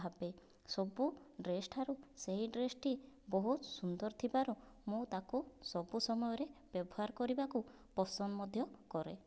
ଭାବେ ସବୁ ଡ୍ରେସ୍ ଠାରୁ ସେହି ଡ୍ରେସ୍ ଟି ବହୁତ ସୁନ୍ଦର ଥିବାରୁ ମୁଁ ତାକୁ ସବୁ ସମୟରେ ବ୍ୟବହାର କରିବାକୁ ପସନ୍ଦ ମଧ୍ୟ କରେ